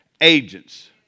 agents